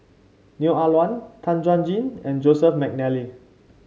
Neo Ah Luan Tan Chuan Jin and Joseph McNally